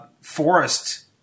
forest